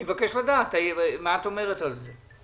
אני מבקש לדעת מה את אומרת על זה.